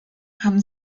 haben